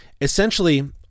essentially